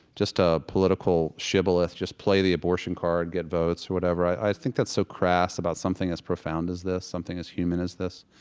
just a political shibboleth, just play the abortion card, get votes, whatever. i think that's so crass about something as profound as this, something as human as this.